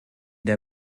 der